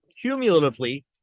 cumulatively